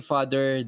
Father